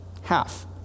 half